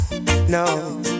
No